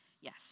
Yes